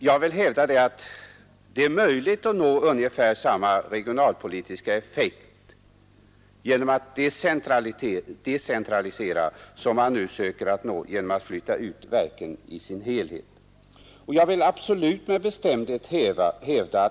Jag vill hävda att det är möjligt att nå ungefär samma regionalpolitiska effekt genom att decentralisera som den man nu söker nå genom att flytta ut verken i deras helhet.